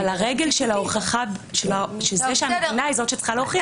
אבל הרגל שזו המדינה שצריכה להוכיח.